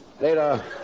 Later